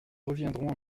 reviendrons